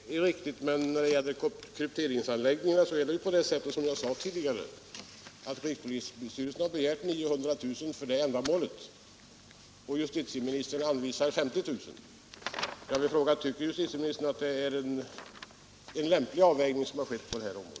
Herr talman! Det är riktigt, men när det gäller krypteringsanläggningarna är det ju på det sättet, som jag sade tidigare, att rikspolisstyrelsen har begärt 900 000 kr. för ändamålet medan justitieministern anvisar 50 000. Tycker justitieministern att det är en lämplig avvägning som har skett på det här området?